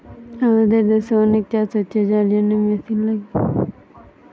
আমাদের দেশে অনেক চাষ হচ্ছে যার জন্যে মেশিন লাগে